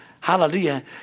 hallelujah